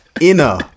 inner